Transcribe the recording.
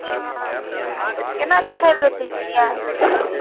हँ हँ केना कठहर बेचै छियै